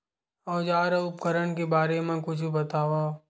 औजार अउ उपकरण के बारे मा कुछु बतावव?